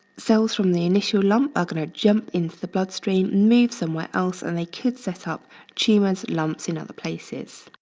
cells from the initial lump are gonna jump into the bloodstream, move somewhere else and they could set up tumors, lumps in other places.